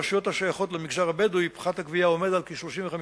ברשויות השייכות למגזר הבדואי פחת הגבייה עומד על כ-35%.